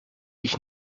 ich